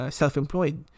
self-employed